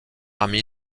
ami